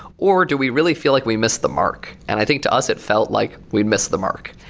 or do we really feel like we missed the mark? and i think to us it felt like we missed the mark.